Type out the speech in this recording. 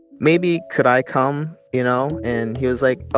maybe could i come, you know? and he was like, ah